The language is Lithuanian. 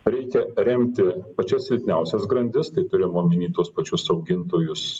reikia remti pačias silpniausias grandis tai turima omeny tuos pačius augintojus